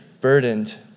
burdened